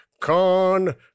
Con